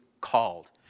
called